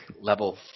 level